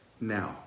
now